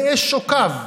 ראה שוקיו,